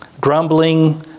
Grumbling